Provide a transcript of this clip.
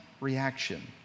reaction